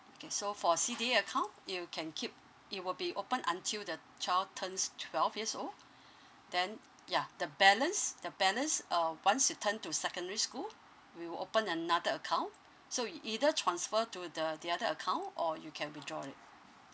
okay so for C_D_A account you can keep it will be opened until the child turns twelve years old then yeah the balance the balance uh once they turn to secondary school we will open another account so you either transfer to the the other account or you can withdraw it